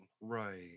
Right